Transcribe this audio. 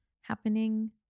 happening